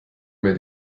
mir